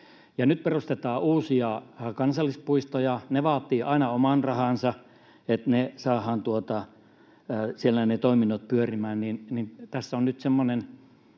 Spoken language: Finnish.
nyt perustetaan uusia kansallispuistoja. Ne vaativat aina oman rahansa, että ne toiminnot saadaan siellä pyörimään, ja tässä on nyt semmoinen